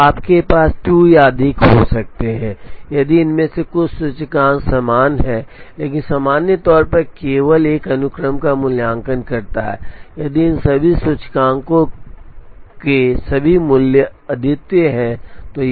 तो आपके पास 2 या अधिक हो सकते हैं यदि इनमें से कुछ सूचकांक समान हैं लेकिन सामान्य तौर पर यह केवल एक अनुक्रम का मूल्यांकन करता है यदि इन सभी सूचकांकों के सभी मूल्य अद्वितीय हैं